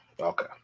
okay